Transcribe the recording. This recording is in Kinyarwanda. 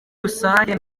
rusange